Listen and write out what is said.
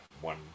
one